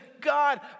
God